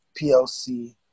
PLC